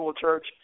church